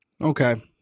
okay